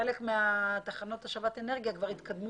חלק מתחנות השבת האנרגיה כבר התקדמות